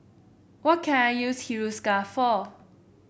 what can I use Hiruscar for